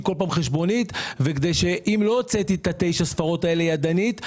כל פעם חשבונית וכדי שאם לא הוצאתי את תשע הספרות האלה ידנית,